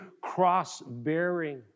cross-bearing